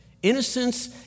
Innocence